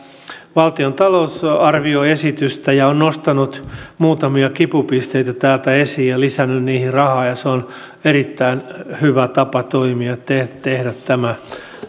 valtion talousarvioesitystä ja on nostanut muutamia kipupisteitä täältä esiin ja lisännyt niihin rahaa ja se on erittäin hyvä tapa toimia ja tehdä tämä